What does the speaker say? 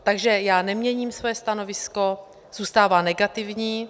Takže já neměním svoje stanovisko, zůstává negativní.